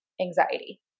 anxiety